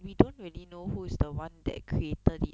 we don't really know who is the one that created it